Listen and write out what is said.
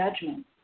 judgment